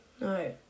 No